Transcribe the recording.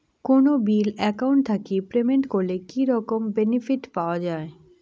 কোনো bill account থাকি payment করলে কি রকম বেনিফিট পাওয়া য়ায়?